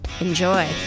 Enjoy